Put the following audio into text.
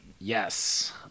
Yes